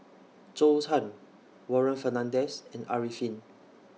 Zhou Can Warren Fernandez and Arifin